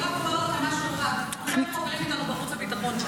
אני רק אומר לכם משהו אחד: כולכם פה הייתם איתנו בחוץ וביטחון,